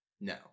No